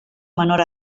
menor